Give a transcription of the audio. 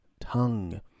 tongue